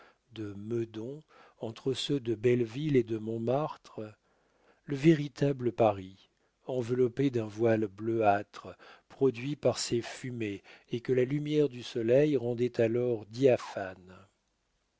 de meudon entre ceux de belleville et de montmartre le véritable paris enveloppé d'un voile bleuâtre produit par ses fumées et que la lumière du soleil rendait alors diaphane